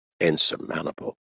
insurmountable